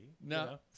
No